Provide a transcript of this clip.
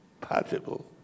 possible